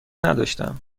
نداشتم